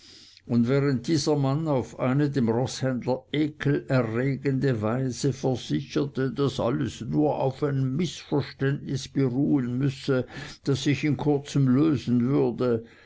und während dieser mann auf eine dem roßhändler ekel erregende weise versicherte daß alles nur auf einem mißverständnis beruhen müsse das sich in kurzem lösen würde